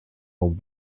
old